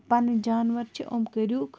پَنٕنۍ جانوَر چھِ یِم کٔرہوکھ